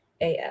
AF